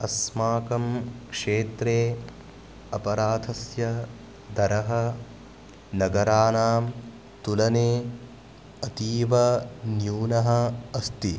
अस्माकं क्षेत्रे अपराधस्य दरः नगराणां तुलने अतीवन्यूनः अस्ति